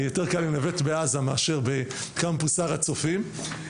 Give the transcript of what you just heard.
יותר קל לנווט בעזה מאשר בקמפוס הר הצופים,